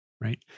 right